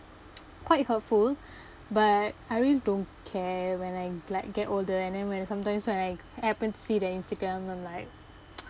quite hurtful but I really don't care when I like get older and then when I sometimes so I happened to see their instagram I'm like